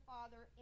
Father